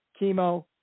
Chemo